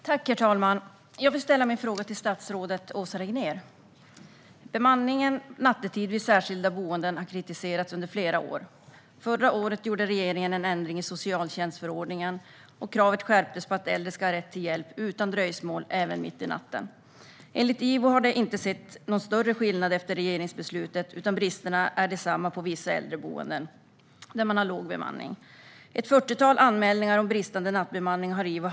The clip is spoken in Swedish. Herr talman! Jag vill ställa min fråga till statsrådet Åsa Regnér. Bemanningen nattetid vid särskilda boenden har kritiserats under flera år. Förra året gjorde regeringen en ändring i socialtjänstförordningen, och kravet skärptes på att äldre ska ha rätt till hjälp utan dröjsmål, även mitt i natten. Enligt IVO har man inte sett någon större skillnad efter regeringsbeslutet, utan bristerna är desamma på vissa äldreboenden, när man har låg bemanning. IVO har det senaste året handlagt ett fyrtiotal anmälningar om bristande nattbemanning.